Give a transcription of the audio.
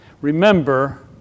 Remember